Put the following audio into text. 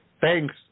Thanks